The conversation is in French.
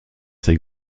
ces